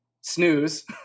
snooze